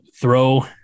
throw